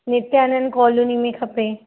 Nityanand colony में खपे